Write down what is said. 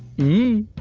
you